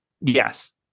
yes